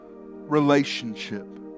relationship